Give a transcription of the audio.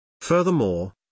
Furthermore